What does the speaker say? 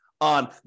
on